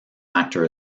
actor